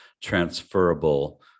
transferable